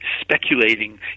speculating